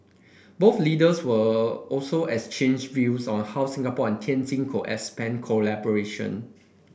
both leaders were also exchanged views on how Singapore and Tianjin could expand cooperation